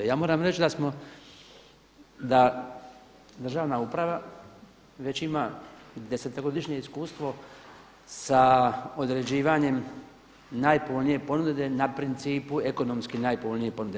Ja moram reći da smo, da državna uprava već ima desetogodišnje iskustvo sa određivanjem najpovoljnije ponude na principu ekonomski najpovoljnije ponude.